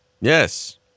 Yes